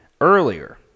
earlier